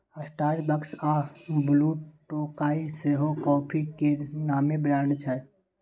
Starbucks आ Blue Tokai सेहो coffee केर नामी ब्रांड छै